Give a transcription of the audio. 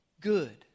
good